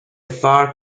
far